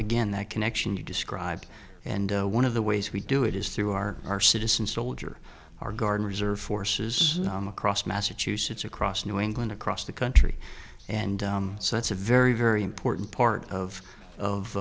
again that connection you described and one of the ways we do it is through our our citizen soldier our guard reserve forces across massachusetts across new england across the country and so that's a very very important part of